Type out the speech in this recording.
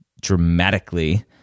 dramatically